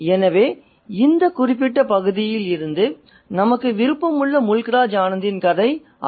எனவே இந்த குறிப்பிட்ட பகுதியிலிருந்து நமக்கு விருப்பம் உள்ள முல்க் ராஜ் ஆனந்தின் கதை ஆரம்பம் இதுதான்